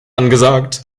angesagt